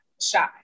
shy